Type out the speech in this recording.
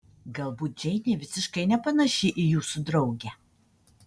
galbūt džeinė visiškai nepanaši į jūsų draugę